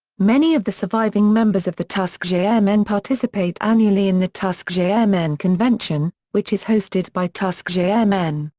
many of the surviving members of the tuskegee airmen participate annually in the tuskegee airmen convention, which is hosted by tuskegee airmen,